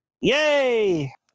Yay